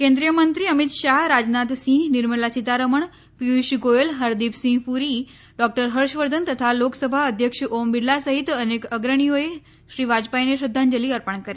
કેન્દ્રીય મંત્રી અમીત શાહ રાજનાથ સિંહ નિર્મલા સીતારમણ પીયુષ ગોયલ હરદીપ સિંહ પુરી ડોકટર હર્ષવર્ધન તથા લોકસભા અધ્યક્ષ ઓમ બિરલા સહિત અનેક અગ્રણીઓએ શ્રી વાજપાઈને શ્રધ્ધાંજલિ અર્પણ કરી